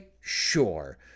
sure